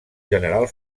general